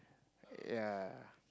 yea